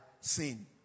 sin